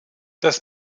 das